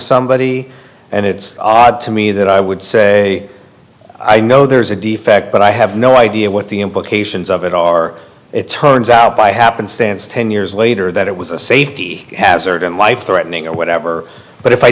somebody and it's odd to me that i would say i know there's a defect but i have no idea what the implications of it are it turns out by happenstance ten years later that it was a safety hazard and life threatening or whatever but if i